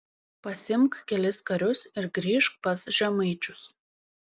pasiimk kelis karius ir grįžk pas žemaičius